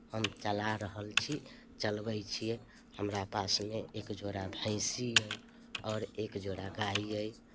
हम चला रहल छी चलबैत छियै हमरा पासमे एक जोड़ा भैँसी अइ आओर एक जोड़ा गाय अइ